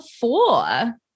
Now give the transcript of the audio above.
four